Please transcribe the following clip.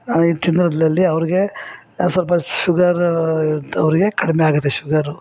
ಇದು ತಿನ್ನೋದ್ರಲ್ಲಿ ಅವ್ರಿಗೆ ಸ್ವಲ್ಪ ಶುಗರ್ ಇದ್ದವ್ರಿಗೆ ಕಡಿಮೆ ಆಗುತ್ತೆ ಶುಗರು